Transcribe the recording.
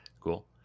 Cool